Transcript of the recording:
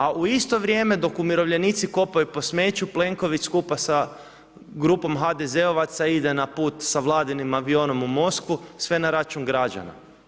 A u isto vrijeme dok umirovljenici kopaju po smeću, Plenković skupa sa grupom HDZ-ovaca, ide na put sa vladinim avionom u Moskvu, sve na račun građana.